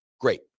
great